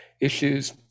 issues